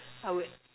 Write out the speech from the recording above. I would